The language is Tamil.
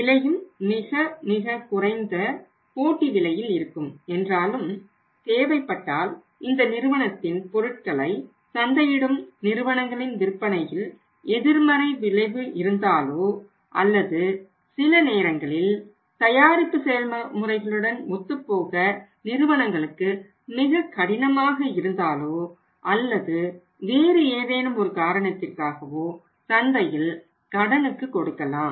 விலையும் மிக மிக குறைந்த போட்டி விலையில் இருக்கும் என்றாலும் தேவைப்பட்டால் இந்த நிறுவனத்தின் பொருட்களை சந்தையிடும் நிறுவனங்களின் விற்பனையில் எதிர்மறை விளைவு இருந்தாலோ அல்லது சில நேரங்களில் தயாரிப்பு செயல்முறைகளுடன் ஒத்துப்போக நிறுவனங்களுக்கு மிக கடினமாக இருந்தாலோ அல்லது வேறு ஏதேனும் ஒரு காரணத்திற்காகவோ சந்தையில் கடனுக்கு கொடுக்கலாம்